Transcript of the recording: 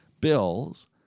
Bill's